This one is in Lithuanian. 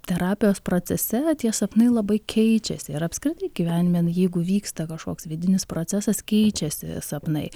terapijos procese tie sapnai labai keičiasi ir apskritai gyvenime jeigu vyksta kažkoks vidinis procesas keičiasi sapnai